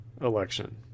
election